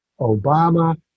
Obama